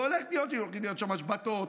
והולכות להיות שם השבתות,